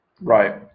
Right